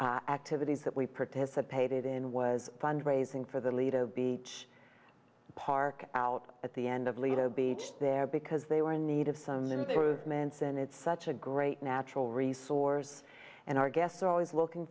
recent activities that we participated in was fund raising for the lido beach park out at the end of lido beach there because they were in need of some improvements and it's such a great natural resource and our guests are always looking